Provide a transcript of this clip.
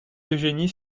eugénie